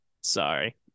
sorry